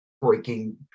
breaking